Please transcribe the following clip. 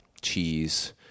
cheese